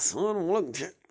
سۅن وۅن چھِ